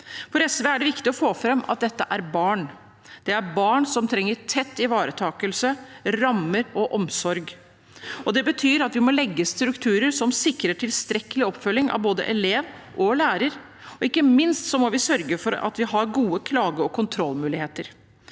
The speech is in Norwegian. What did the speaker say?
For SV er det viktig å få fram at dette er barn. Det er barn som trenger tett ivaretakelse, rammer og omsorg. Det betyr at vi må legge strukturer som sikrer tilstrekkelig oppfølging av både elev og lærer, og ikke minst må vi sørge for at vi har gode klage- og kontrollmuligheter.